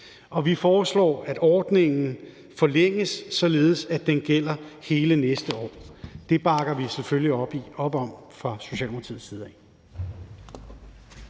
Og det foreslås, at ordningen forlænges, således at den gælder hele næste år. Det bakker vi selvfølgelig op om fra Socialdemokratiets side.